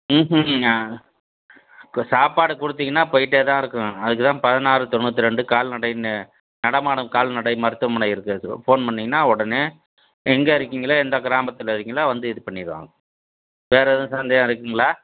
ம்ஹூம் ங்க இப்போ சாப்பாடு கொடுத்தீங்கனா போய்கிட்டே தான் இருக்கும் அதுக்கு தான் பதினாறு தொண்ணூற்றி ரெண்டு கால்நடைன்னு நடமாடும் கால்நடை மருத்துவமனை இருக்கிறது ஃபோன் பண்ணீங்கன்னால் உடனே எங்கே இருக்கீங்களோ எந்த கிராமத்தில் இருக்கீங்களோ வந்து இது பண்ணிடுவாங்க வேறு ஏதும் சந்தேகம் இருக்குங்களா